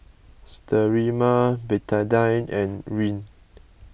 Sterimar Betadine and Rene